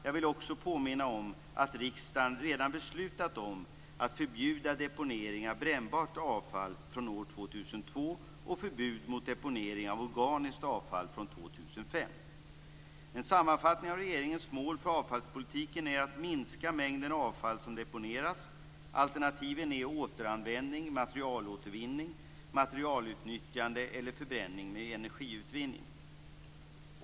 Jag vill också påminna om att riksdagen redan beslutat om att förbjuda deponering av brännbart avfall från år 2002 och förbud mot deponering av organiskt avfall från år 2005. En sammanfattning av regeringens mål för avfallspolitiken är att minska mängden avfall som deponeras. Alternativen är återanvändning, materialåtervinning, materialutnyttjande eller förbränning för energiutvinning.